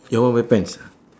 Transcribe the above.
your one wear pants ah